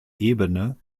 ebene